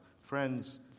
Friends